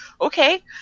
okay